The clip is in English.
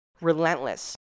relentless